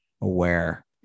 aware